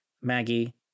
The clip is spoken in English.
Maggie